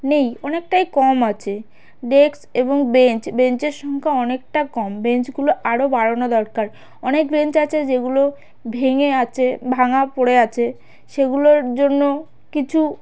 নেই অনেকটাই কম আছে ডেস্ক এবং বেঞ্চ বেঞ্চের সংখ্যা অনেকটা কম বেঞ্চগুলো আরও বাড়ানো দরকার অনেক বেঞ্চ আছে যেগুলো ভেঙে আছে ভাঙা পড়ে আছে সেগুলোর জন্য কিছু